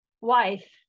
wife